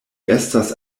estas